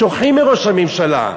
שוכחים מראש הממשלה,